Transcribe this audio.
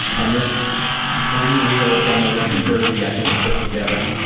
um this three wheel demolition derby i just put together.